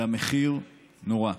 והמחיר נורא.